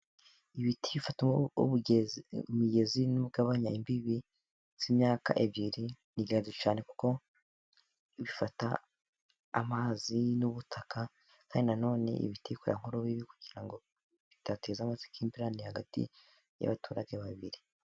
Ibiti bifata imigezi no kugabanya imbibi z'imyaka ebyiri. Ni ingenzi cyane, kuko bifata amazi n'ubutaka. Kandi nanone ibiti bikora nk'urubibi kugira ngo bidateza amakimbirane hagati y'abaturage babiri.